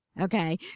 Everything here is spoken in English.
Okay